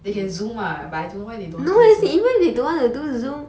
they can Zoom lah but I don't know why they don't want to Zoom